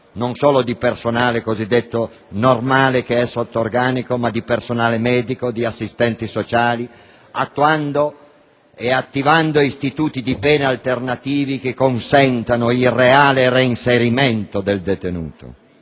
non solo di personale cosiddetto normale, che è sotto organico, ma anche di personale medico e di assistenti sociali, attuando ed attivando istituti di pena alternativi che consentano il reale reinserimento del detenuto.